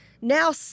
now